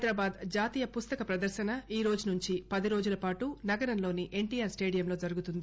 హైదరాబాద్ జాతీయ పుస్తక ప్రదర్శన ఈరోజు నుంచి పది రోజుల పాటు నగరంలోని ఎన్టిఆర్ స్లేదియంలో జరుగుతుంది